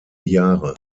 jahre